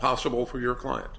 possible for your client